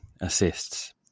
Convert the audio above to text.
assists